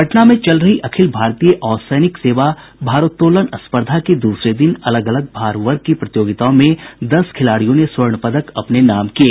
पटना में चल रही अखिल भारतीय असैनिक सेवा भारोतोलन स्पर्धा के दूसरे दिन अलग अलग भार वर्ग की प्रतियोगिताओं में दस खिलाड़ियों ने स्वर्ण पदक अपने नाम किये